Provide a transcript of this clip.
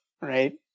right